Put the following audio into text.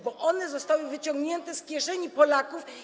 Bo one zostały wyciągnięte z kieszeni Polaków.